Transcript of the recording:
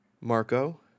Marco